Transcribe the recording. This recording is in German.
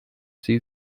sie